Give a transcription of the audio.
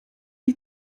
die